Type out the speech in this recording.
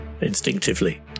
instinctively